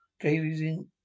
Gazing